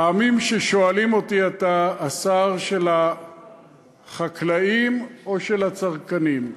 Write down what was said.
פעמים שואלים אותי: אתה השר של החקלאים או של הצרכנים?